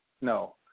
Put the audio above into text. no